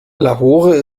lahore